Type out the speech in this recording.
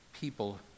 people